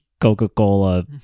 coca-cola